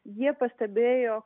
jie pastebėjo